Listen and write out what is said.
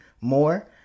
more